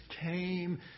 came